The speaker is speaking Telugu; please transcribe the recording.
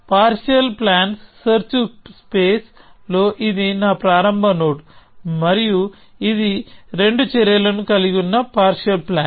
పార్షియల్ ప్లాన్స్ సెర్చ్ స్పేస్లో ఇది నా ప్రారంభ నోడ్ మరియు ఇది రెండు చర్యలను కలిగి ఉన్న పార్షియల్ ప్లాన్